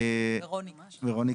ורוניקה,